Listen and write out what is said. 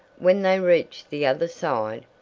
when they reached the other side,